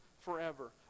forever